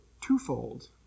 twofold